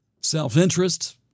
self-interest